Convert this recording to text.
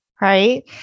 Right